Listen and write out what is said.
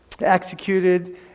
executed